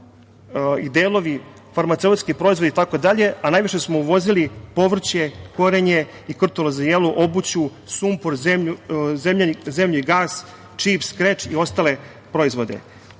i delovi, farmaceutski proizvodi itd, a najviše smo uvozili povrće, korenje i krtolu za jelo, obuću, sumpor, zemni gas, čips, kreč i ostale proizvode. Ovo